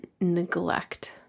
neglect